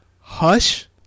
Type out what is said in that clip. Hush